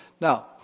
Now